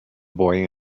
boy